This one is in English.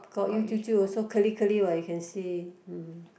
Kok-Yew 舅舅 also curly curly what you can see hmm